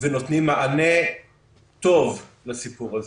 ונותנים מענה טוב לסיפור הזה.